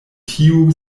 tiu